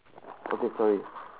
okay sorry